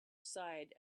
side